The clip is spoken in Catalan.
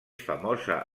famosa